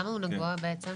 למה הוא נגוע בעצם?